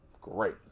Great